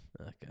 Okay